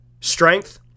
strength